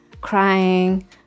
crying